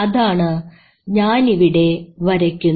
അതാണ് ഞാനിവിടെ വരയ്ക്കുന്നത്